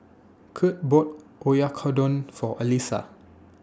Kurt bought Oyakodon For Elissa